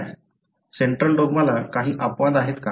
central डॉग्माला काही अपवाद आहेत का